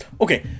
Okay